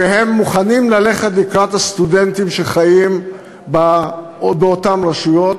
והם מוכנים ללכת לקראת הסטודנטים שחיים באותן רשויות,